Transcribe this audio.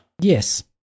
Yes